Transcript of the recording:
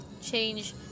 change